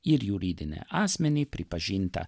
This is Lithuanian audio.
ir juridinį asmenį pripažintą